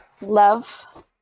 love